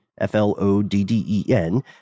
F-L-O-D-D-E-N